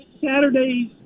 Saturdays